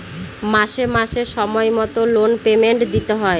মাসে মাসে সময় মতো লোন পেমেন্ট দিতে হয়